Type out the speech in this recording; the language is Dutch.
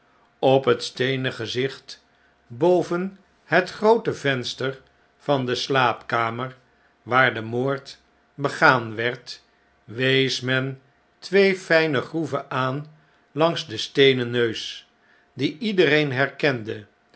op het steenen gezicht boven het groote venster van de slaapkamer waar de moord begaan werd wees men twee fijne groeven aan langs den steenen neus die iedereen herkende